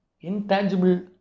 intangible